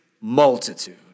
multitude